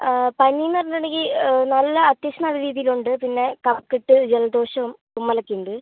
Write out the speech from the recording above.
പനീന്ന് പറഞ്ഞിട്ട് ഉണ്ടെങ്കിൽ നല്ല അത്യാവശ്യം നല്ല രീതിയിൽ ഉണ്ട് പിന്നെ കഫക്കെട്ട് ജലദോഷം തുമ്മൽ ഒക്കെ ഉണ്ട്